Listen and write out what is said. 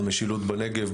המשילות בנגב,